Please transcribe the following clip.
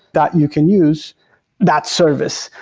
that you can use that service.